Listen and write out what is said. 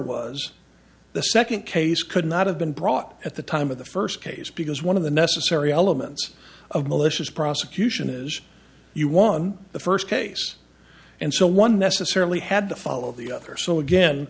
was the second case could not have been brought at the time of the first case because one of the necessary elements of malicious prosecution is you won the first case and so one necessarily had to follow the other so again